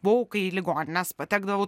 buvau kai į ligonines patekdavau